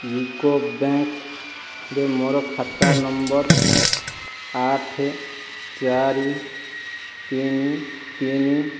UCO ବ୍ୟାଙ୍କରେ ମୋର ଖାତା ନମ୍ବର ଆଠ ଚାରି ତିନି ତିନି